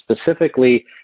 specifically